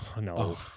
no